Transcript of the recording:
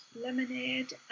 lemonade